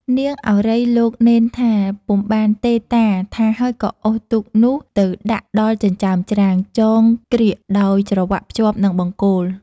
នាងឱរ៉ៃ លោកនេនថា "ពុំបានទេ តា!” ថាហើយក៏អូសទូកនោះ ទៅដាក់ដល់ចិញ្ចើមច្រាំង ចងក្រៀកដោយច្រវាក់ភ្ជាប់នឹងបង្គោល។